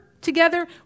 together